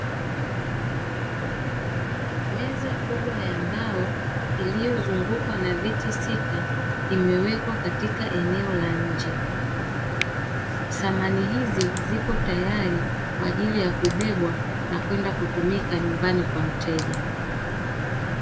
Meza kubwa ya mbao iliyozungukwa na viti sita, imewekwa katika eneo la nje samani hizi zikotayari kwa ajili ya kubebwa na kwenda kutumika nyumbani kwa mteja.